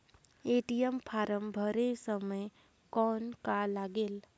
ATM form भरे समय कौन का लगेल?